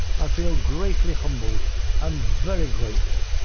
i feel greatly humble and very grateful.